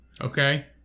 Okay